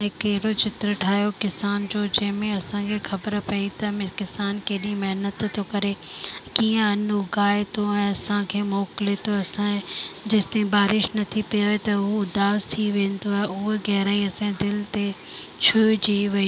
हिकु अहिड़ो चित्र ठाहियो किसान जो जंहिंमें असांखे ख़बर पई त तंहिंमें किसान केॾी महिनत थो करे कीअं अन उॻाए थो ऐं असांखे मोकिले थो असां जेसिताईं बारिश नथी पवे त उहो उदास थी वेंदो आहे उहे गहराई असांजे दिलि ते छुहिजी वई